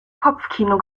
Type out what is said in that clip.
kopfkino